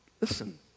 Listen